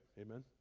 Amen